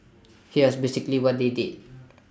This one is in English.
here's basically what they did